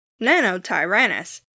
Nanotyrannus